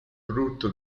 frutto